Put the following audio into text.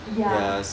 ya